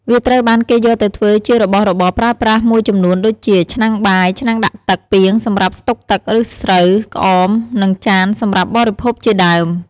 វាត្រូវបានគេយកទៅធ្វើជារបស់របរប្រើប្រាស់មួយចំនួនដូចជា ឆ្នាំងបាយ ឆ្នាំងដាក់ទឹក ពាង សម្រាប់ស្តុកទឹក ឬស្រូវ ក្អម និងចានសម្រាប់បរិភោគជាដើម។